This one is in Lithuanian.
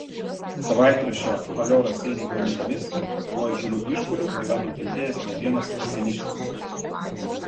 savaitraščio alio raseiniai duomenimis nuo įžūlių išpuolių yra nukentėjęs ne vienas raseiniškis